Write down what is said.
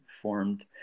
formed